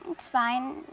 it's fine,